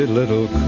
little